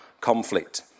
conflict